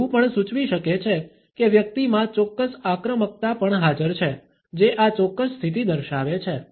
તે એવું પણ સૂચવી શકે છે કે વ્યક્તિમાં ચોક્કસ આક્રમકતા પણ હાજર છે જે આ ચોક્કસ સ્થિતિ દર્શાવે છે